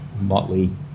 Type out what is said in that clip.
motley